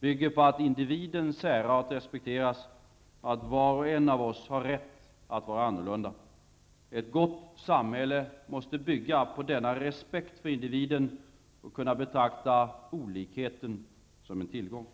bygger på att individens särart respekteras och att var och en av oss har rätt att vara annorlunda. Ett gott samhälle måste bygga på denna respekt för individen och kunna betrakta olikheten som en tillgång.